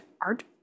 art